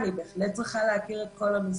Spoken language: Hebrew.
אני בהחלט צריכה להכיר את כל המסגרות.